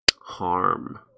Harm